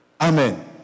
Amen